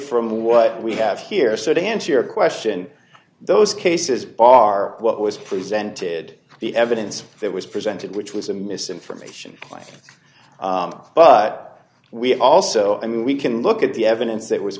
from what we have here so to answer your question those cases bar what was presented the evidence that was presented which was a misinformation but we also i mean we can look at the evidence that was